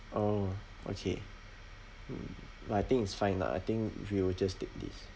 oh okay mm but I think it's fine lah I think we'll just take this